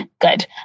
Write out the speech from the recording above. Good